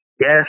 yes